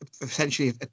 essentially